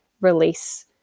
release